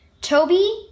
Toby